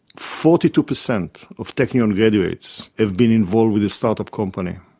forty two percent of technion graduates have been involved with a start-up company,